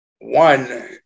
one